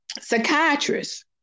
psychiatrist